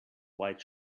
white